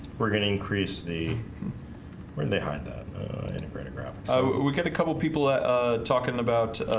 we're gonna increase the where they hide that integrated graphics so we got a couple people talking about